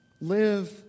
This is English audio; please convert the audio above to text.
Live